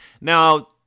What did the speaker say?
Now